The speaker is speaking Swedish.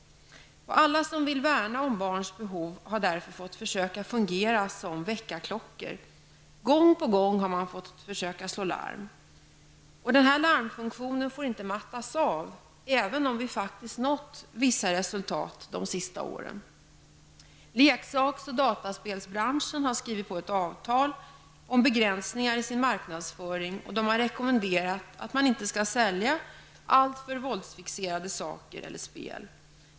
Alla som vill värna om barns behov har därför fått försöka fungera som väckarklockor. Gång på gång har man fått slå larm. Denna larmfunktion får inte mattas av, även om vi faktiskt nått vissa resultat de senaste åren. Leksaks och dataspelsbranschen har skrivit på ett avtal om begränsningar i sin marknadsföring, och den har rekommenderat att man inte skall sälja alltför våldsfixerade leksaker eller spel.